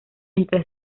entre